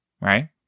Right